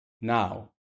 now